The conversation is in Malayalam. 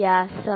64 3